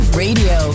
radio